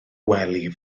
wely